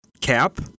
cap